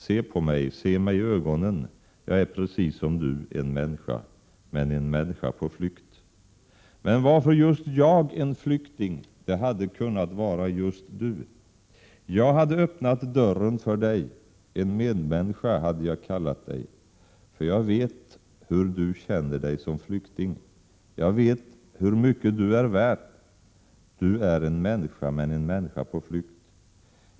Se på mig, se mig i ögonen. Jag är precis som du: EN MÄNNISKA men en människa på flykt. Men varför just jag en flykting, det hade kunnat vara just du. Jag hade öppnat dörren för dig. En medmänniska hade jag kallat dig, för jag vet hur du känner dig som flykting, jag vet hur mycket du är värd, du är en människa, men en människa på flykt.